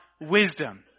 wisdom